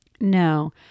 No